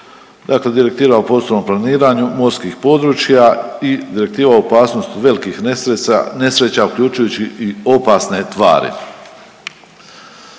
Dakle, Direktiva o prostornom planiranju morskih područja i Direktiva o opasnosti velikih nesreća uključujući i opasne tvari.